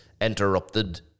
interrupted